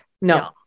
No